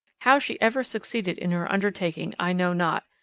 how she ever succeeded in her undertaking, i know not.